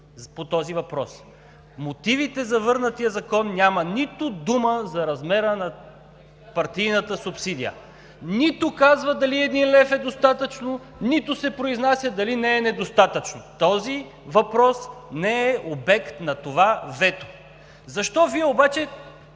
по този въпрос. В мотивите за върнатия закон няма нито дума за размера на партийната субсидия! Нито казва дали един лев е достатъчно, нито се произнася дали не е недостатъчно – този въпрос не е обект на това вето! Защо Вие обаче